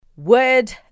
word